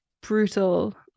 brutal